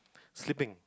sleeping